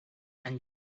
and